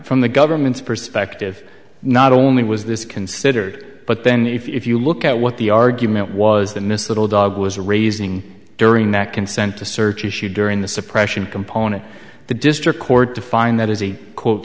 from the government's perspective not only was this considered but then if you look at what the argument was that miss little dog was raising during that consent to search issue during the suppression component the district court to find that is a quote